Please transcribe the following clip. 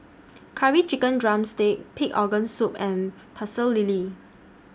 Curry Chicken Drumstick Pig Organ Soup and Pecel Lele